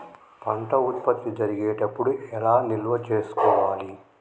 పంట ఉత్పత్తి జరిగేటప్పుడు ఎలా నిల్వ చేసుకోవాలి?